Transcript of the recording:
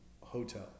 hotel